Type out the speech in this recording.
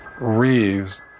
Reeves